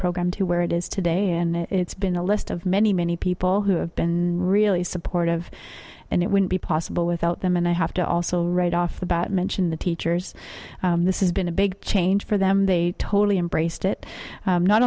program to where it is today and it's been a list of many many people who have been really supportive and it wouldn't be possible without them and i have to also right off the bat mention the teachers this is been a big change for them they totally embraced it